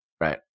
right